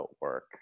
work